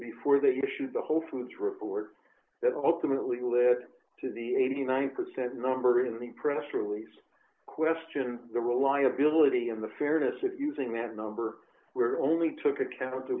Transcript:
before they issued the whole foods report that ultimately live to the eighty nine percent number in the press release question the reliability in the fairness of using that number were only took account